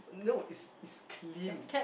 no it's it's clean